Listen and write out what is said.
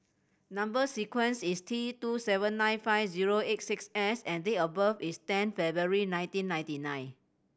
number sequence is T two seven nine five zero eight six S and date of birth is ten February nineteen ninety nine